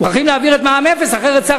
מוכרחים להעביר את מע"מ אפס אחרת שר